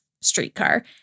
Streetcar